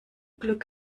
glück